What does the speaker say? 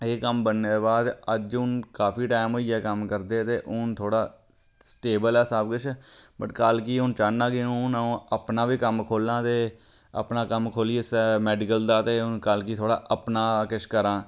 एह् कम्म बनने दे बाद अज्ज हून काफी टैम होई गेआ कम्म करदे ते हून थ्होड़ा स्टेवल ऐ सब किश बट कल गी हून चाहन्नां कि हून अ'ऊं अपना बी कम्म खोल्लां ते अपना कम्म खोल्लियै इस्सै मैडिकल दा ते हून कल गी थोह्ड़ा अपना किश करां